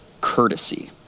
courtesy